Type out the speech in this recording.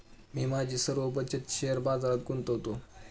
मी माझी सर्व बचत शेअर बाजारात गुंतवतो